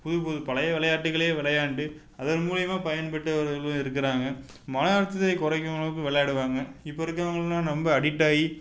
புது புது பழைய விளையாட்டுக்களே விளையாண்டு அதன் மூலிமா பயன்பெற்றவர்களும் இருக்கிறாங்க மன அழுத்தத்தை குறைக்கும் அளவுக்கு விளாடுவாங்க இப்போ இருக்கிறவங்கலாம் ரொம்ப அடிக்ட் ஆகி